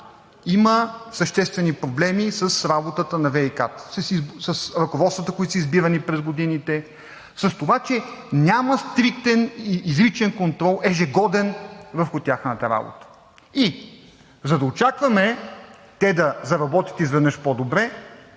има съществени проблеми с работата на ВиК-тата, с ръководствата, които са избирани през годините, с това, че няма стриктен, изричен, ежегоден контрол върху тяхната работа. За да очакваме те да заработят изведнъж по-добре,